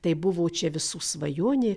tai buvo čia visų svajonė